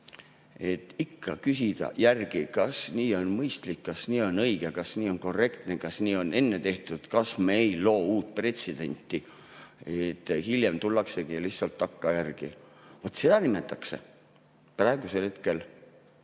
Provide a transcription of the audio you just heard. et ikka küsida, kas nii on mõistlik, kas nii on õige, kas nii on korrektne, kas nii on enne tehtud, kas me ei loo pretsedenti ja hiljem tullaksegi lihtsalt takkajärgi [kinnitama]. Seda nimetatakse praegu nii,